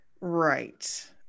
right